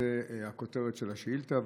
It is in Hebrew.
זאת הכותרת של השאילתה.